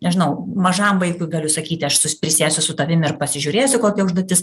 nežinau mažam vaikui galiu sakyti aš prisėsiu su tavim ir pasižiūrėsiu kokia užduotis